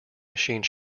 machine